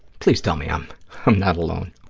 please, tell me um i'm not alone.